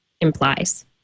implies